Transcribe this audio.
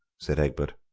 said egbert.